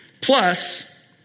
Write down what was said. Plus